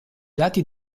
lati